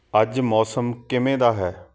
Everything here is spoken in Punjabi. ਅੱਜ ਮੌਸਮ ਕਿਵੇਂ ਦਾ ਹੈ